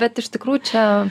bet iš tikrųjų čia